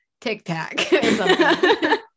tic-tac